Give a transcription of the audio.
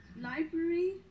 library